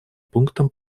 пунктам